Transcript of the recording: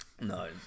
No